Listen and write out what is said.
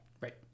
Right